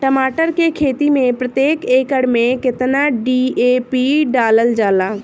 टमाटर के खेती मे प्रतेक एकड़ में केतना डी.ए.पी डालल जाला?